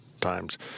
times